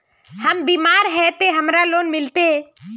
हम बीमार है ते हमरा लोन मिलते?